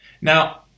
Now